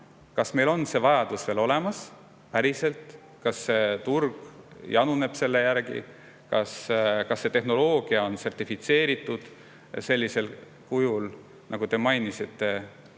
teha, see vajadus veel päriselt olemas, kas turg januneb selle järgi, kas see tehnoloogia on sertifitseeritud sellisel kujul – nagu te mainisite,